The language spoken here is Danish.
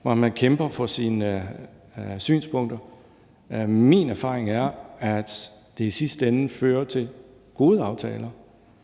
hvor man kæmper for sine synspunkter. Min erfaring er, at det i sidste ende fører til gode aftaler.